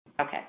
Okay